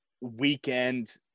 weekend